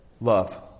Love